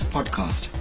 Podcast